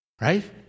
Right